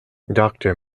doctor